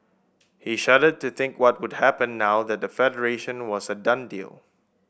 he shuddered to think what would happen now that the Federation was a done deal